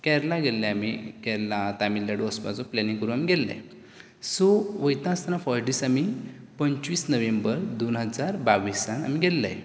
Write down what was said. केरळा गेल्ले आमी केरळा तामिळनाडू वचपाचो प्लेनिंग करून आमी गेल्ले सो वयता आसतना फस्ट दीस आमी पंचवीस नोव्हेंबर दोन हजार बावीसान आमी गेल्ले